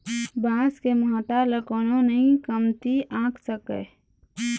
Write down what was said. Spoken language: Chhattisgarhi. बांस के महत्ता ल कोनो नइ कमती आंक सकय